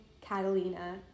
Catalina